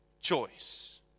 choice